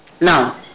Now